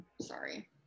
Sorry